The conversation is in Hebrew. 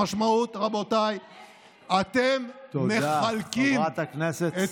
המשמעות, רבותיי, תודה, חברת הכנסת סלימאן.